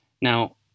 Now